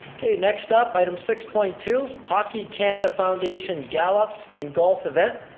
okay, next up, item six point two. hockey canada foundation gala and golf event.